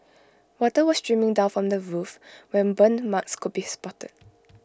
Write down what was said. water was streaming down from the roof where burn marks could be spotted